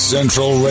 Central